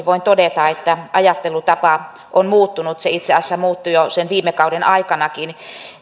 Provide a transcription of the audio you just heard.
voin todeta että ajattelutapa on muuttunut se itse asiassa muuttui jo sen viime kauden aikanakin